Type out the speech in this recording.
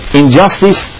injustice